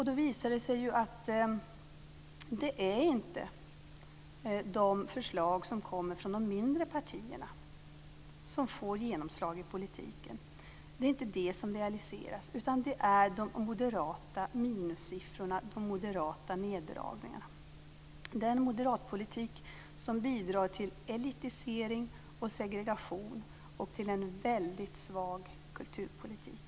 Det visar sig då att det inte är de förslag som kommer från de mindre partierna som får genomslag i politiken, utan det är de moderata minisiffrorna och de moderata neddragningarna. Det är en moderatpolitik som bidrar till elitisering och segregation och till en väldigt svag kulturpolitik.